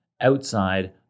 outside